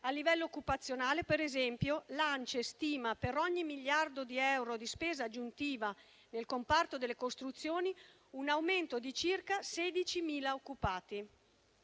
A livello occupazionale, per esempio, l'ANCE stima, per ogni miliardo di euro di spesa aggiuntiva nel comparto delle costruzioni, un aumento di circa 16.000 occupati.